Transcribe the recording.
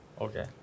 Okay